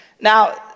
Now